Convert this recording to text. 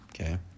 Okay